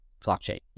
blockchain